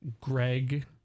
Greg